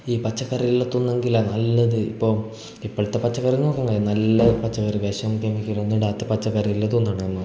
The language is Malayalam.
ഈ പച്ചക്കറിയെല്ലം തിന്നെങ്കിലാണ് നല്ലത് ഇപ്പോൾ ഇപ്പൊഴത്തെ പച്ചക്കറി നോക്കണ്ട നല്ല പച്ചക്കറി വിഷം കെമിക്കലൊന്നു ഇടാത്ത പച്ചക്കറിയല്ലേ തുന്നണമ്മ